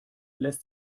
lässt